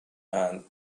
and